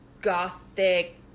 gothic